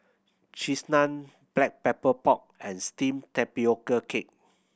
Cheese Naan Black Pepper Pork and steamed tapioca cake